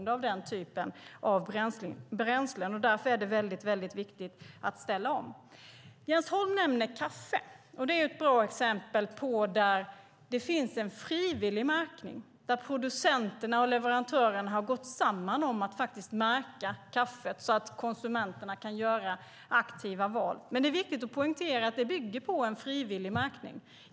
Därför är det viktigt att ställa om. Jens Holm nämner kaffe. Det är ett bra exempel på en frivillig märkning där producenterna och leverantörerna har gått samman så att konsumenterna kan göra aktiva val. Men det är viktigt att poängtera att det är en frivillig märkning.